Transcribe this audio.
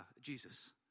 Jesus